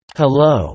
hello